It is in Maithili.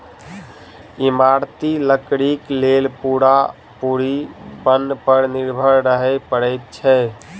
इमारती लकड़ीक लेल पूरा पूरी बन पर निर्भर रहय पड़ैत छै